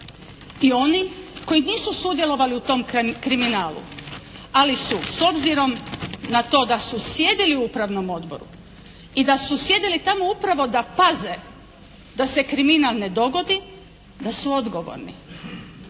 i oni koji nisu sudjelovali u tom kriminalu, ali su s obzirom na to da su sjedili u upravnom odboru i da su sjedili tamo upravo da paze da se kriminal ne dogodi, da su odgovorni.